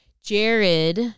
Jared